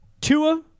Tua